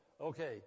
Okay